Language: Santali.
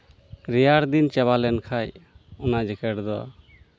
ᱨᱮᱭᱟᱲ ᱫᱤᱱ ᱪᱟᱵᱟ ᱞᱮᱱᱠᱷᱟᱱ ᱚᱱᱟ ᱡᱮᱠᱮᱴ ᱫᱚ